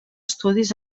estudis